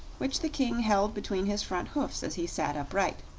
which the king held between his front hoofs as he sat upright.